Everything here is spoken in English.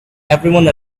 everyone